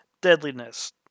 Deadliness